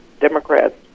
Democrats